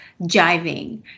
jiving